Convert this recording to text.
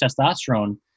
testosterone